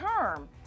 term